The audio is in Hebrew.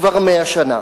כבר 100 שנה.